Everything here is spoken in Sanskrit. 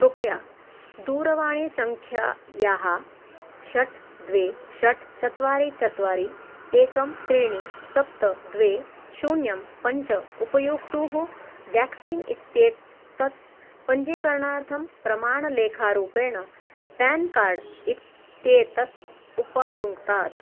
कृपया दूरवाणीसङ्ख्यायाः षट् द्वे षट् चत्वारि चत्वारि एकं त्रीणि सप्त द्वे शून्यं पञ्च उपयोक्तुः व्याक्सीन् इत्येतत् पञ्जीकरणार्थं प्रमाणलेखारूपेण पेन् कार्ड् इत्येतत् उपायुङ्क्तात्